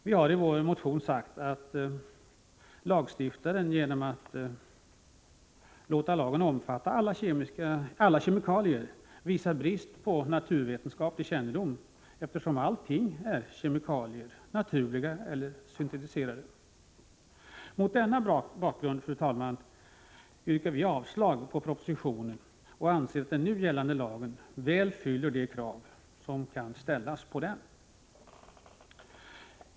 Vi har i vår motion sagt att lagstiftaren genom att låta lagen omfatta alla kemikalier visar brist på naturvetenskaplig kännedom, eftersom allting är kemikalier, naturliga eller syntetiserade. Mot denna bakgrund, fru talman, yrkar vi avslag på propositionen och anser att den nu gällande lagen väl fyller de krav som kan ställas på den.